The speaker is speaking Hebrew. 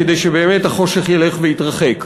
כדי שבאמת החושך ילך ויתרחק.